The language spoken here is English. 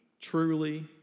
truly